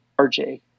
RJ